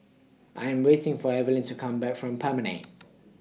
I Am waiting For Evelin to Come Back from Promenade